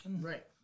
Right